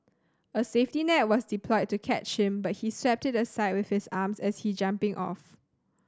a safety net was deployed to catch him but he swept it aside with his arms as he jumping off